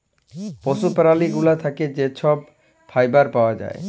পশু প্যারালি গুলা থ্যাকে যে ছব ফাইবার পাউয়া যায়